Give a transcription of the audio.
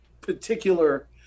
particular